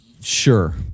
Sure